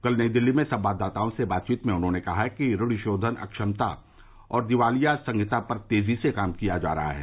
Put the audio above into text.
कल नई दिल्ली में संवाददाताओं से बातचीत में उन्होंने कहा ऋण शोधन अक्षमता और दिवालिया संहिता पर तेजी से काम किया जा रहा है